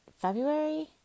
February